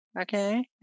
okay